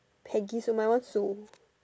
Paige so my one so